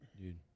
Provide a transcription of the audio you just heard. dude